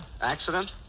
Accident